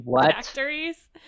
factories